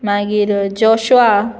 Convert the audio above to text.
मागीर जोशुआ